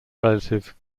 relative